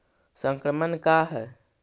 संक्रमण का है?